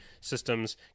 systems